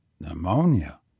Pneumonia